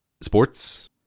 sports